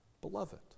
Beloved